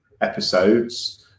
episodes